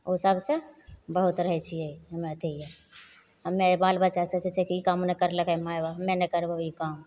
ओसबसे बहुत रहै छिए हम अथी हमे बाल बच्चा सोचै छै कि ई काम नहि करलकै माइ बाप हमे नहि करबौ ई काम